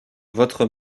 votre